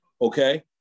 Okay